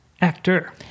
actor